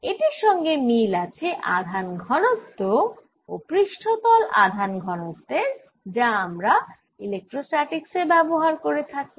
এটির সঙ্গে মিল আছে আধান ঘনত্ব ও পৃষ্ঠতল আধান ঘনত্বের যা আমরা ইলেক্ট্রোস্ট্যাটিক্স এ ব্যবহার করে থাকি